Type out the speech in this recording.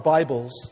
Bibles